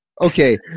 Okay